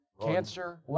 Cancer